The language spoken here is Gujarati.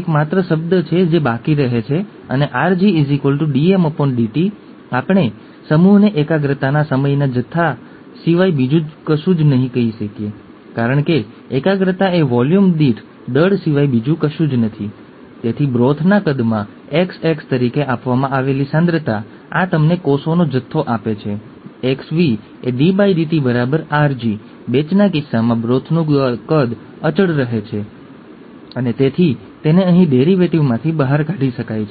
સરસ વિડિઓ છે ઠીક છે હું ઇચ્છું છું કે તમે મેન્ડલના જીવનના કેટલાક ભાગોને જાણવા માટે આ વિડિઓ જુઓ જે ખૂબ જ રસપ્રદ છે અને મેન્ડેલના પ્રયોગો અને કેટલાક સિદ્ધાંતો જે તેણે આગળ લાવ્યા છે ઠીક છે